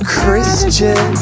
Christian